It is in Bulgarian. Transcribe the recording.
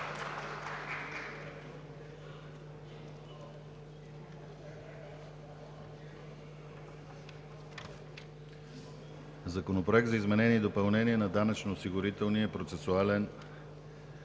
„Закон за изменение и допълнение на Данъчно-осигурителния процесуален